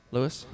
Lewis